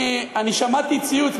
שמעתי ציוץ.